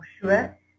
sure